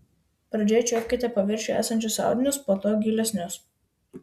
pradžioje čiuopkite paviršiuje esančius audinius po to gilesnius